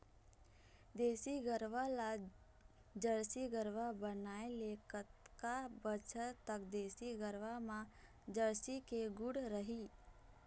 देसी गरवा ला जरसी गरवा बनाए ले कतका बछर तक देसी गरवा मा जरसी के गुण रही?